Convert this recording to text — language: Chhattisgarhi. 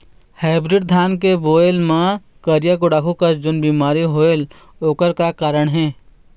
हाइब्रिड धान के बायेल मां करिया गुड़ाखू कस जोन बीमारी होएल ओकर का कारण हे?